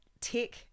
tech